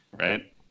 right